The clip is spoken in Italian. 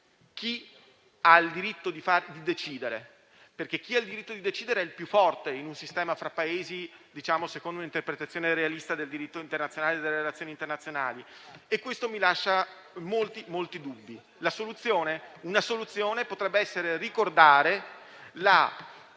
infatti il diritto di decidere è il più forte in un sistema fra Paesi, secondo l'interpretazione realista del diritto internazionale e delle relazioni internazionali. Questo mi lascia molti dubbi. Una soluzione potrebbe essere quella